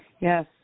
Yes